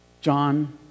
John